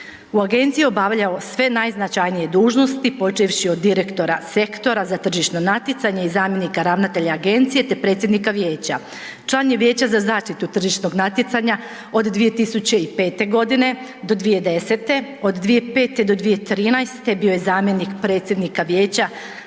U agenciji je obavljao sve najznačajnije dužnosti počevši od direktora sektora za tržišno natjecanje i zamjenika ravnatelja agencije te predsjednika vijeća. Član je Vijeća za zaštitu tržišnog natjecanja od 2005. g. do 2010., od 2005. do 2013. bio je zamjenik predsjednika Vijeća